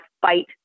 fight